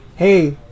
hey